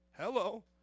Hello